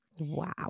Wow